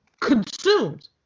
consumed